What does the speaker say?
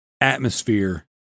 atmosphere